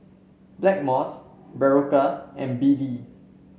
Blackmores Berocca and B D